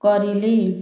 କରିଲି